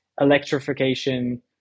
electrification